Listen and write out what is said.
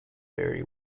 very